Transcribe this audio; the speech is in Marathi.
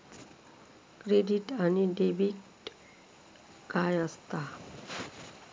क्रेडिट आणि डेबिट काय असता?